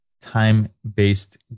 time-based